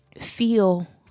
feel